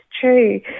true